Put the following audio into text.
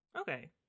Okay